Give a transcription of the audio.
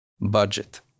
budget